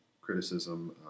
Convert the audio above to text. criticism